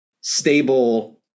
stable